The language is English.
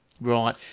Right